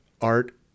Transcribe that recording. art